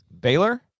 Baylor